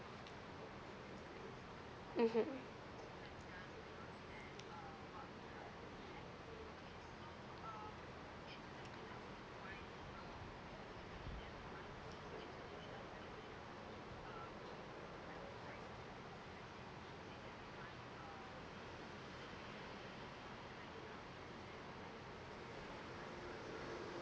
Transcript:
mmhmm